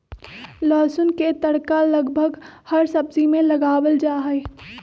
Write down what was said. लहसुन के तड़का लगभग हर सब्जी में लगावल जाहई